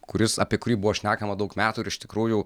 kuris apie kurį buvo šnekama daug metų ir iš tikrųjų